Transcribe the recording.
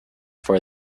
for